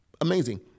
Amazing